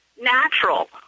natural